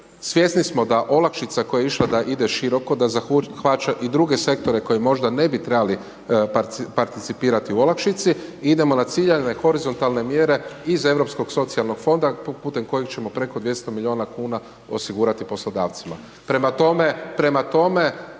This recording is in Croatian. svjesni smo da olakšica koja je išla, da ide široko, da zahvaća i druge sektore koje možda ne bi trebali percipirati u olakšici idemo na ciljane horizontalne mjere iz europskog socijalnog fonda, putem kojeg ćemo preko 200 milijuna kn, osigurati poslodavcima. Prema tome,